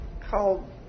called